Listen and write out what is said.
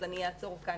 אז אני אעצור כאן.